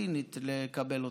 הפלסטינית לקבל אותם.